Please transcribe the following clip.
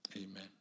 Amen